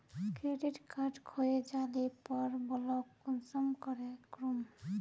Credit card खोये जाले पर ब्लॉक कुंसम करे करूम?